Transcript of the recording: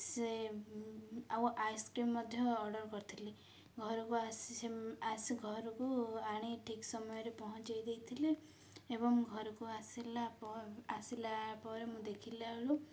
ସେ ଆଉ ଆଇସ୍କ୍ରିମ୍ ମଧ୍ୟ ଅର୍ଡ଼ର୍ କରିଥିଲି ଘରକୁ ଆସି ସେ ଆସି ଘରକୁ ଆଣି ଠିକ୍ ସମୟରେ ପହଞ୍ଚାଇ ଦେଇଥିଲେ ଏବଂ ଘରକୁ ଆସିଲା ପ ଆସିଲା ପରେ ମୁଁ ଦେଖିଲା ବେଳୁ